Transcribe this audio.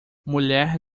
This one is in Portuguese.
mulher